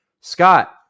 Scott